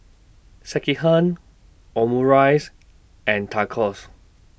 Sekihan Omurice and Tacos